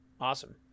awesome